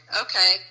okay